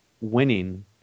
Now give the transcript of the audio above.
winning